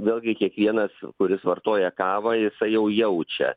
vėlgi kiekvienas kuris vartoja kavą jisai jau jaučia